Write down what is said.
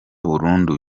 burundu